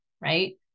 Right